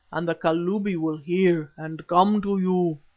and the kalubi will hear and come to you